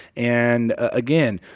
and, again,